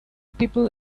people